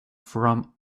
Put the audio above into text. from